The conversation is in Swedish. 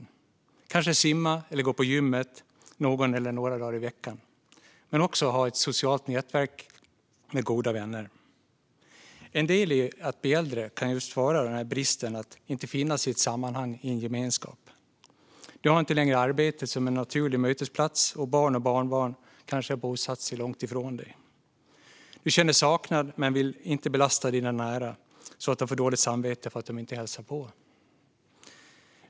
Vi kanske vill simma eller gå på gym någon eller några dagar i veckan och ha ett socialt nätverk med goda vänner. En del i att bli äldre kan just vara bristen på sammanhang och gemenskap. Du har inte längre arbetet som en naturlig mötesplats. Barn och barnbarn har kanske bosatt sig långt ifrån dig. Du känner saknad men vill inte belasta dina nära så att de får dåligt samvete för att de inte hälsar på.